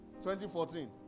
2014